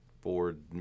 board